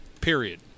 Period